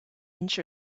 inch